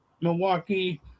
Milwaukee